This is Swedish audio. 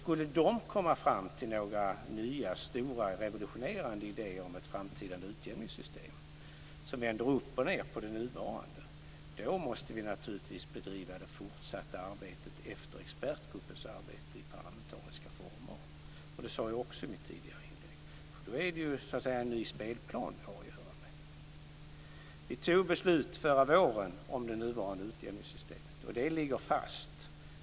Skulle den komma fram till några stora revolutionerande idéer om ett framtida utjämningssystem som vänder upp och ned på det nuvarande måste vi naturligtvis bedriva det fortsatta arbetet efter expertgruppens arbete i parlamentariska former. Det sade jag också i mitt tidigare inlägg. Då har vi att göra med en ny spelplan. Vi fattade beslut förra våren om det nuvarande utjämningssystemet, och det ligger fast.